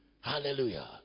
Hallelujah